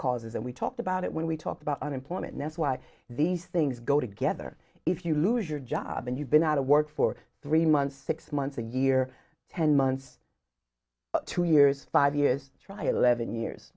causes and we talked about it when we talk about unemployment next why these things go together if you lose your job and you've been out of work for three months six months a year ten months two years five years trial eleven years